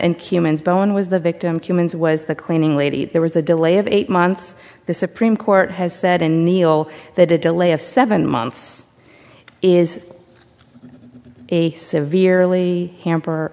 and cumin bone was the victim cuban's was the cleaning lady there was a delay of eight months the supreme court has said in neil that a delay of seven months is a severely hamper